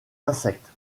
insectes